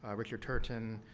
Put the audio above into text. um richard turton,